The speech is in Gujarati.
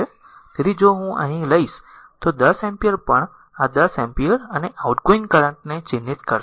તેથી જો હું અહીં લઈશ તો આ 10 એમ્પીયર પણ આ 10 એમ્પીયર અને આઉટગોઇંગ કરંટ ને ચિહ્નિત કરશે